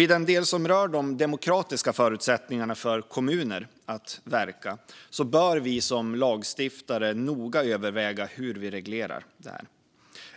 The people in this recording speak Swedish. I den del som rör de demokratiska förutsättningarna för kommuner att verka bör vi som lagstiftare noga överväga hur vi reglerar dessa.